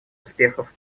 успехов